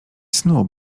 snu